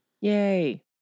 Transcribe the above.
Yay